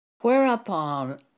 Whereupon